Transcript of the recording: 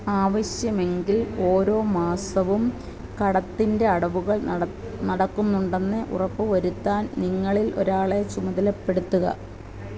ആവശ്യമെങ്കിൽ ഓരോ മാസവും കടത്തിൻ്റെ അടവുകൾ നടക്കുന്നുണ്ടെന്ന് ഉറപ്പുവരുത്താൻ നിങ്ങളിൽ ഒരാളെ ചുമതലപ്പെടുത്തുക